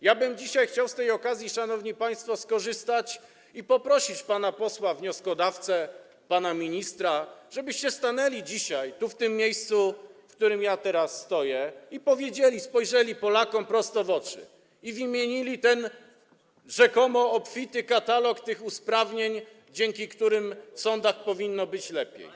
Ja bym dzisiaj chciał skorzystać z okazji, szanowni państwo, i poprosić pana posła wnioskodawcę, pana ministra, żebyście stanęli dzisiaj w tym miejscu, w którym ja teraz stoję, spojrzeli Polakom prosto w oczy i wymienili ten rzekomo obfity katalog tych usprawnień, dzięki którym w sądach powinno być lepiej.